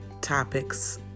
topics